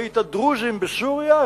ראי את הדרוזים בסוריה,